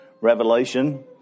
Revelation